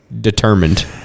determined